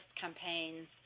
campaigns